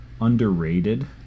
underrated